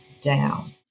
down